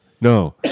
No